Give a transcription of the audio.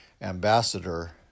Ambassador